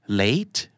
late